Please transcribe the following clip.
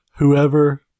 whoever